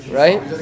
right